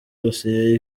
dosiye